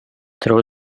throw